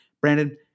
Brandon